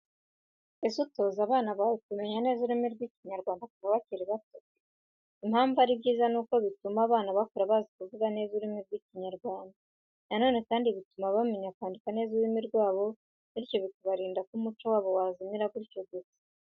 Ese utoza abana bawe kumenya neza ururimi ry'Ikinyarwanda kuva bakiri bato? Impamvu ari byiza nuko bituma bakura bazi kuvuga neza ururimi rw'Ikinyarwanda. Na none kandi bituma bamenya kwandika neza ururimi rwabo, bityo bikabarinda ko umuco wabo wazimira gutyo gusa.